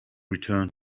return